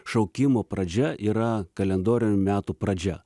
šaukimo pradžia yra kalendorinių metų pradžia